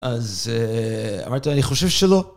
אז אמרתי לו אני חושב שלא